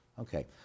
Okay